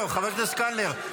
חבר הכנסת קלנר,